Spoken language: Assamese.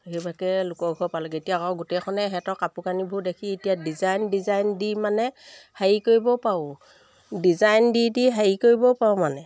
সেইভাগে লোকৰ ঘৰ পালেগৈ এতিয়া আকৌ গোটেইখনে সিহঁতৰ কাপোৰ কানিবোৰ দেখি এতিয়া ডিজাইন ডিজাইন দি মানে হেৰি কৰিব পাৰো ডিজাইন দি দি হেৰি কৰিবও পাৰো মানে